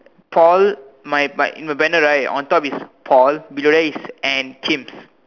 Paul my my you banner right on top is Paul below there is and Kim's